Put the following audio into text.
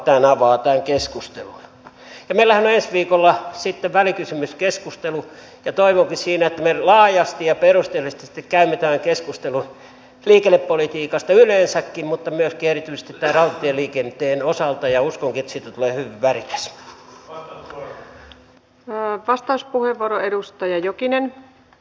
ja meillähän on ensi viikolla sitten välikysymyskeskustelu ja toivonkin että me siinä laajasti ja perusteellisesti sitten käymme tämän keskustelun liikennepolitiikasta yleensäkin mutta myöskin erityisesti tämän rautatieliikenteen osalta ja uskonkin että siitä tulee hyvin värikäs